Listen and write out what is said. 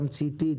תמציתית,